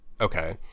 okay